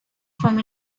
from